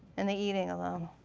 and the eating alone.